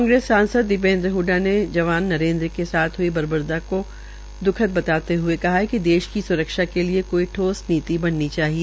कांग्रेस सांसद दीपेन्द्र हडडा ने जवान नरेन्द्र के साथ बर्बरता को द्रखद बताते हए कहा है कि देश की स्रक्षा के लिए कोई ठोस नीति बननी चाहिए